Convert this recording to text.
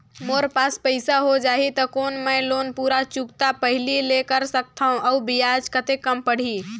मोर पास पईसा हो जाही त कौन मैं लोन पूरा चुकता पहली ले कर सकथव अउ ब्याज कतेक कम पड़ही?